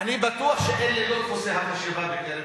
אני בטוח שאלה לא דפוסי המחשבה בקרב